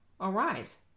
Arise